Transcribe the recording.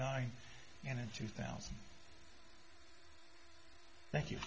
nine and in two thousand thank you